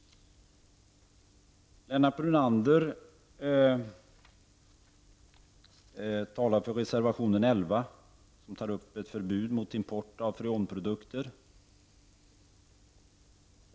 Lennart Brunander talar för reservation 11 om förbud mot import av freonprodukter.